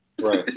Right